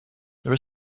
there